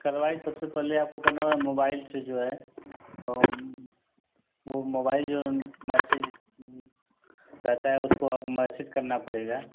कार्रवाही सबसे पहेले आपको करना था मोबाइल से जो है वो मोबाइल जो मैसेज रहता है उसको मैसेज करना पड़ेगा